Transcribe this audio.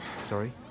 Sorry